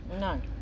No